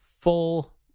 full